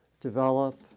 develop